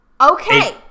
Okay